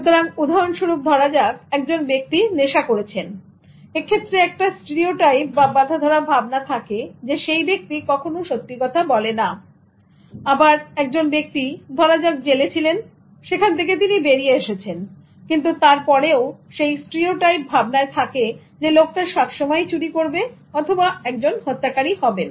সুতরাং উদাহরণস্বরূপ ধরা যাক একজন ব্যক্তি নেশা করেছেন এক্ষেত্রে একটা স্টিরিওটাইপ বাঁধাধরা ভাবনা থাকে সেই ব্যক্তি কখনো সত্যি কথা বলে না আবার একজন ব্যক্তি ধরা যাক জেলে ছিলেন সেখান থেকে তিনি বেরিয়ে এসেছেন কিন্তু তারপরেও স্টিরিওটাইপ ভাবনায় থাকে লোকটা সবসময়ই চুরি করবে অথবা একজন হত্যাকারীহবেন